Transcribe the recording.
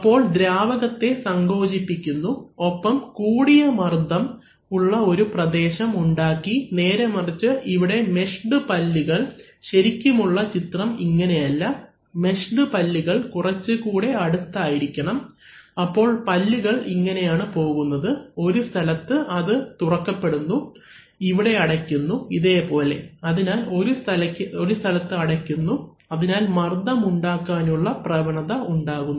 അപ്പോൾ ദ്രാവകത്തെ സങ്കോചിപിക്കുന്നു ഒപ്പം കൂടിയ മർദ്ദം ഉള്ള ഒരു പ്രദേശം ഉണ്ടാക്കി നേരെമറിച്ച് ഇവിടെ മെഷ്ഡ് പല്ലുകൾ ശരിക്കുമുള്ള ചിത്രം ഇങ്ങനെയല്ല മെഷ്ഡ് പല്ലുകൾ കുറച്ചും കൂടെ അടുത്ത് ആയിരിക്കണം അപ്പോൾ പല്ലുകൾ ഇങ്ങനെയാണ് പോകുന്നത് ഒരു സ്ഥലത്ത് അത് തുറക്കപ്പെടുന്നു ഇവിടെ അടയ്ക്കുന്നു ഇതേപോലെ അതിനാൽ ഒരു സ്ഥലത്ത് അടയ്ക്കുന്നു അതിനാൽ മർദ്ദം ഉണ്ടാക്കാനുള്ള പ്രവണത ഉണ്ടാക്കുന്നു